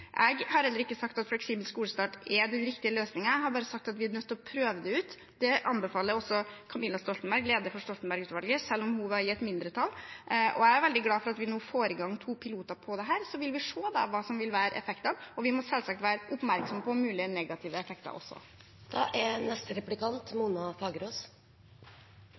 Jeg har heller ikke sagt at fleksibel skolestart er den riktige løsningen, jeg har bare sagt at vi er nødt til å prøve det ut. Det anbefaler også Camilla Stoltenberg, lederen for Stoltenberg-utvalget, selv om hun var i et mindretall. Jeg er veldig glad for at vi nå får i gang to piloter på dette, så vil vi se hva som vil være effektene, og vi må selvsagt være oppmerksom på mulige negative effekter også.